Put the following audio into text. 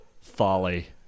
folly